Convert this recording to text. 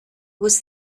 was